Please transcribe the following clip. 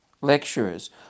lecturers